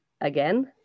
again